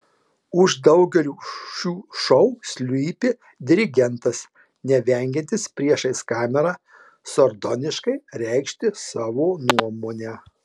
už daugelio šių šou slypi dirigentas nevengiantis priešais kamerą sardoniškai reikšti savo nuomonę